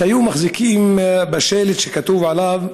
כשהם מחזיקים שלט שכתוב עליו: